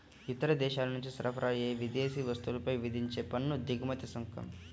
ఇతర దేశాల నుంచి సరఫరా అయ్యే విదేశీ వస్తువులపై విధించే పన్ను దిగుమతి సుంకం